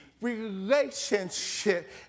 relationship